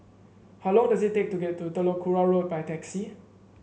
how long does it take to get to Telok Kurau Road by taxi